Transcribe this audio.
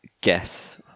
guess